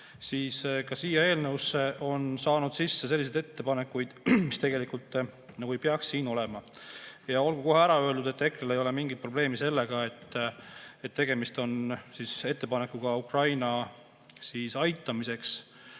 sai. Aga siia eelnõusse on saanud sisse selliseid ettepanekuid, mis tegelikult nagu ei peaks siin olema. Ja olgu kohe ära öeldud, et EKRE-l ei ole mingit probleemi sellega, et tegemist on ettepanekuga Ukraina aitamiseks